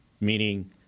meaning